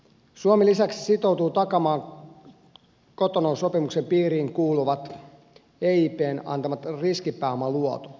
suomi lisäksi sitoutuu takaamaan cotonoun sopimuksen piiriin kuuluvat eipn antamat riskipääomaluotot